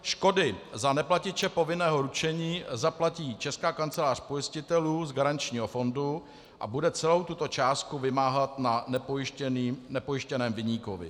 Škody za neplatiče povinného ručení zaplatí Česká kancelář pojistitelů z garančního fondu a bude celou tuto částku vymáhat na nepojištěném viníkovi.